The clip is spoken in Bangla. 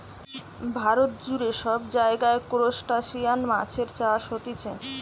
ভারত জুড়ে সব জায়গায় ত্রুসটাসিয়ান মাছের চাষ হতিছে